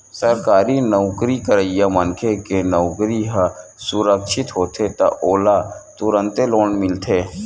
सरकारी नउकरी करइया मनखे के नउकरी ह सुरक्छित होथे त ओला तुरते लोन मिलथे